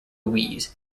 louise